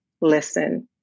listen